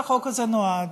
למה החוק הזה נועד.